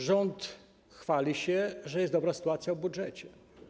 Rząd chwali się, że jest dobra sytuacja w budżecie.